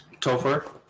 Topher